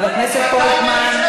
חבר הכנסת פולקמן,